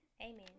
Amen